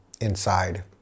inside